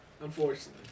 Unfortunately